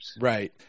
Right